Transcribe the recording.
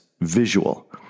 visual